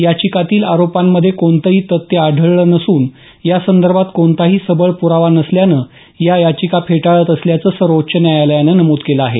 याचिकांतील आरोपांमध्ये कोणतंही तथ्य आढळलं नसून या संदर्भात कोणताही सबळ पुरावा नसल्यानं या याचिका फेटाळत असल्याचं सर्वोच्च न्यायालयानं नमुद केलं आहे